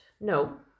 No